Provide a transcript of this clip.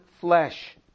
flesh